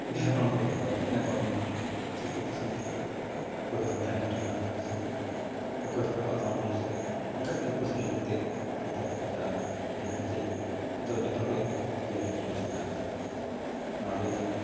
ᱟᱹᱜᱤᱞ ᱦᱟᱯᱲᱟᱢ ᱠᱚᱫᱚ ᱯᱟᱨᱚᱢ ᱦᱮᱡ ᱱᱟᱠᱚ ᱟᱵᱚ ᱱᱚᱣᱟ ᱥᱤᱠᱟᱹᱨ ᱫᱤᱥᱚᱢ ᱛᱮ ᱚᱠᱚᱭ ᱠᱚᱫᱚ ᱠᱚ ᱛᱟᱦᱮᱸᱭᱮᱱᱟ ᱪᱷᱳᱴᱚ ᱱᱟᱜᱽ ᱫᱤᱥᱚᱢ ᱨᱮ ᱚᱠᱚᱭ ᱠᱚᱫᱚ ᱟᱥᱟᱢ ᱯᱚᱱᱚᱛ ᱥᱮᱫ ᱨᱮ ᱚᱱᱠᱟᱛᱮ ᱟᱯᱟᱥᱩᱞᱚᱜ ᱞᱟᱹᱜᱤᱫ ᱛᱮ ᱦᱟᱱᱛᱮ ᱱᱷᱟᱛᱮ ᱠᱚ ᱪᱟᱞᱟᱣᱮᱱᱟ ᱡᱟᱦᱟᱸ ᱞᱮᱠᱟ ᱪᱮ ᱱᱤᱛᱚᱜ ᱡᱚᱛᱚ ᱦᱚᱲ ᱜᱮ ᱡᱮ ᱡᱟᱨ ᱯᱚᱱᱚᱛ ᱨᱮ ᱢᱮᱱᱟᱜ ᱠᱟᱜ ᱵᱚᱱᱟ ᱱᱚᱣᱟᱜᱮ ᱟᱹᱞᱤᱧᱟᱜ